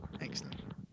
Excellent